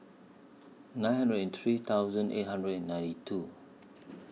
nine hundred and three thousand eight hundred and ninety two